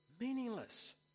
meaningless